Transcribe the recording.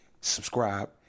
subscribe